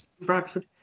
Bradford